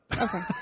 Okay